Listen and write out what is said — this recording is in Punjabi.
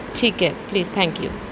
ਠੀਕ ਹੈ ਪਲੀਜ਼ ਥੈਂਕ ਯੂ